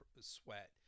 sweat